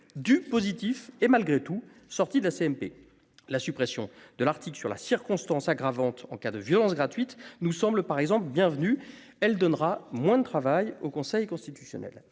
du positif et malgré tout sorti de la CMP, la suppression de l'article sur la circonstance aggravante en cas de violence gratuite nous semble par exemple bienvenue. Elle donnera moins de travail au Conseil constitutionnel.